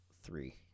three